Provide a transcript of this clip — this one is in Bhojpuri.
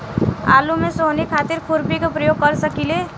आलू में सोहनी खातिर खुरपी के प्रयोग कर सकीले?